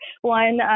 one